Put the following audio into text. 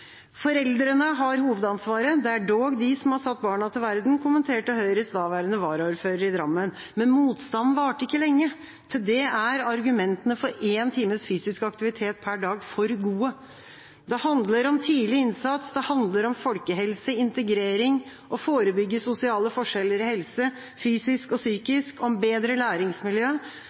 «Foreldrene har hovedansvaret. Det er dog de som har satt barna til verden», kommenterte Høyres daværende varaordfører i Drammen. Motstanden varte ikke lenge. Til det er argumentene for en times fysisk aktivitet per dag for gode. Det handler om tidlig innsats. Det handler om folkehelse, integrering, å forebygge sosiale forskjeller i helse, fysisk og psykisk, om bedre læringsmiljø,